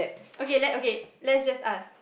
okay let okay let's just ask